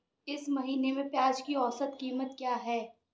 इस महीने में प्याज की औसत कीमत क्या है?